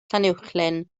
llanuwchllyn